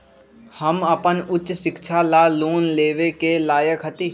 हम अपन उच्च शिक्षा ला लोन लेवे के लायक हती?